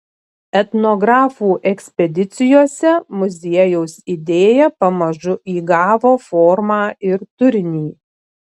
etnografų ekspedicijose muziejaus idėja pamažu įgavo formą ir turinį